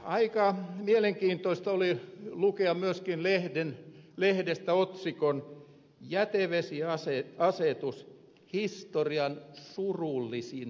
aika mielenkiintoista oli lukea myöskin lehden lehdestä otsikon jätevesi ja otsikko jätevesiasetus historian surullisin esimerkki